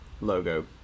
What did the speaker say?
logo